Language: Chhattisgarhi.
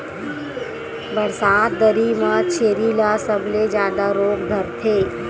बरसात दरी म छेरी ल सबले जादा रोग धरथे